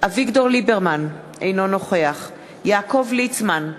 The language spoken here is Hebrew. אביגדור ליברמן, אינו נוכח יעקב ליצמן,